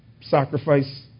Sacrifice